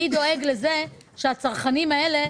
מי דואג לזה שהצרכנים האלה,